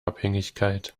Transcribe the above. abhängigkeit